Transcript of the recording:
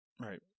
right